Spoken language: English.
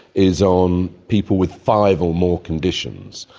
is on people with five or more conditions.